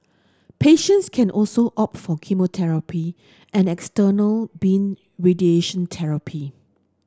patients can